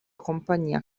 compagnia